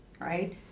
right